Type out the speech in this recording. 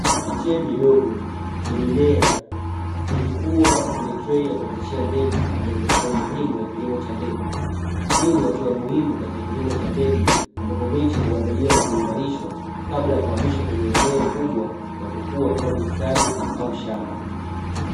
Miche midogo ya mimea ikikuwa kwenye trei ya kuanzishia mbegu, ambayo ni sehemu muhimu ya kilimo cha mbegu. Hii ni hatua muhimu katika kilimo cha mbegu, ambapo miche huandaliwa na kuimarishwa kabla ya kuhamishwa kwenye eneo kubwa, la kukua kama bustani au shamba.